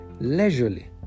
leisurely